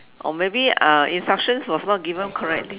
or maybe uh instructions was not given correctly